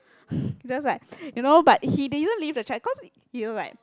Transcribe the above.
that was like you know but he didn't leave the chat cause you know like